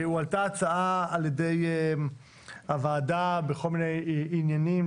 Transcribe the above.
הועלתה הצעה על ידי הוועדה בכל מיני עניינים,